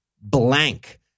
blank